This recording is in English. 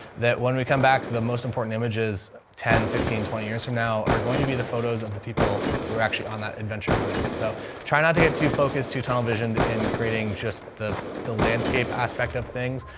that when we come back to the most important images, ten fifteen, twenty years from now are going to be the photos of the people we were actually on that adventure with. so try not to get too focused too tunnel vision in creating just the the landscape aspect of things.